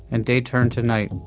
and day turned to night,